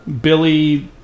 Billy